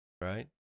right